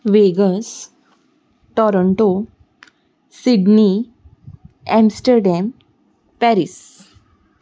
vegas Toronto Sydney Amsterdam Paris